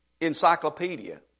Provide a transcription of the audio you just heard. encyclopedia